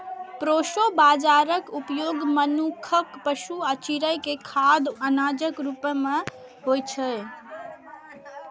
proso बाजाराक उपयोग मनुक्ख, पशु आ चिड़ै के खाद्य अनाजक रूप मे होइ छै